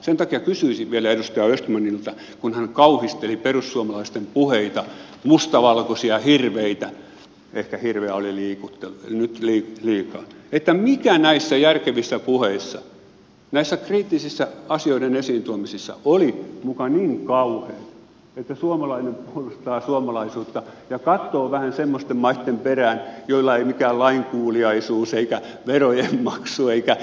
sen takia kysyisin vielä edustaja östmanilta kun hän kauhisteli perussuomalaisten puheita mustavalkoisia hirveitä ehkä hirveä oli nyt liikaa että mikä näissä järkevissä puheissa näissä kriittisissä asioiden esiin tuomisissa oli muka niin kauheata että suomalainen puolustaa suomalaisuutta ja katsoo vähän semmoisten maitten perään joilla ei mikään lainkuuliaisuus eikä verojen maksu eivätkä ihmisarvot ole kunnossa